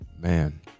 man